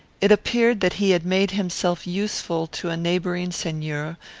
it appeared that he had made himself useful to a neighbouring seigneur,